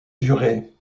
durée